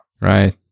Right